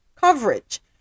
coverage